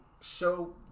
show